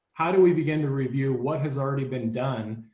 how do we begin to review? what has already been done?